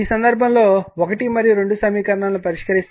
ఈ సందర్భంలో 1 మరియు 2 సమీకరణాలను పరిష్కరిస్తే i1 1